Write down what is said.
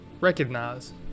recognize